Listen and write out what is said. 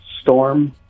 Storm